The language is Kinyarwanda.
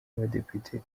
badepite